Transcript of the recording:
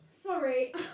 Sorry